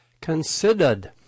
Considered